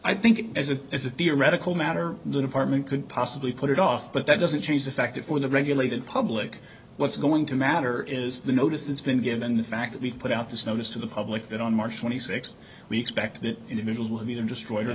i think as a as a theoretical matter the department could possibly put it off but that doesn't change the fact that for the regulated public what's going to matter is the notice it's been given the fact that we put out this notice to the public that on march twenty sixth we expect the individual who either destroyed